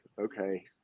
okay